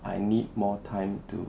I need more time to